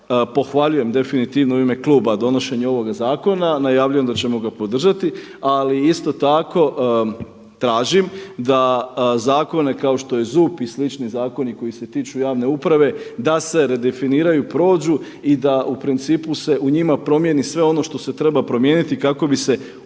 pohvaljujem definitivno i u ime kluba donošenje ovoga zakona. Najavljujem da ćemo ga podržati, ali isto tako tražim da zakone kao što je ZUP i slični zakoni koji se tiču javne uprave da se redefiniraju, prođu i da u principu se u njima promijeni sve ono što se treba promijeniti kako bi se ovaj